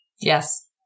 Yes